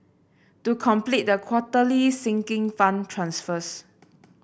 to complete the quarterly Sinking Fund transfers